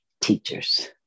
teachers